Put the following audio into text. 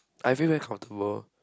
I feel very comfortable